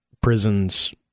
prisons